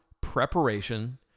preparation